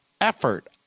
effort